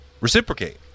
reciprocate